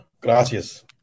Gracias